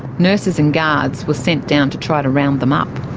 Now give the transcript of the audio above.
nurses and guards were sent down to try to round them up.